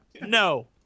no